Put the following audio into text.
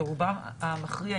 ורובם המכריע,